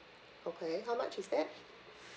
okay how much is that